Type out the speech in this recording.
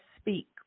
speak